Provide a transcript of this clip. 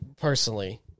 personally